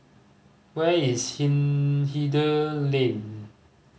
where is Hindhede Lane